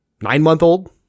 nine-month-old